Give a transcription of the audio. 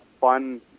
fun